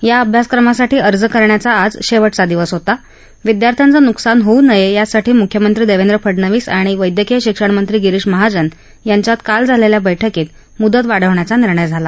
या अभ्यासक्रमासाठी अर्ज करण्याचा आज शेवटचा दिवस होता विद्यार्थ्यांचं नुकसान होऊ नये यासाठी मुख्यमंत्री देवेंद्र फडनवीस आणि वैद्यकीय शिक्षण मंत्री गिरीश महाजन यांच्यात काल झालेल्या बैठकीत मुदत वाढवण्याचा निर्णय झाला